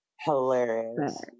hilarious